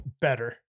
better